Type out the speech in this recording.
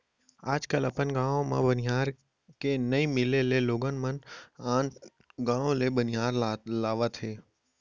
आज कल अपन गॉंव म बनिहार के नइ मिले ले लोगन मन आन गॉंव ले बनिहार लावत हें